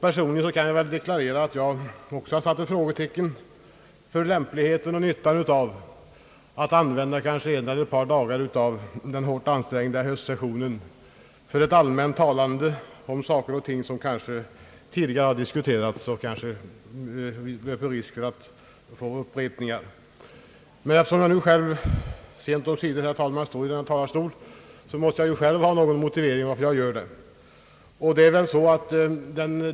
Personligen vill jag deklarera, att jag också har satt ett frågetecken för lämpligheten och nyttan av att använda en eller ett par dagar av den hårt ansträngda höstsessionen till ett allmänt talande om saker som kanske redan diskuterats, med risk för upprepningar. Men eftersom jag sent omsider, herr talman, själv står i denna talarstol måste jag ha en motivering för att jag gör det.